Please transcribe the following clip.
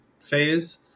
phase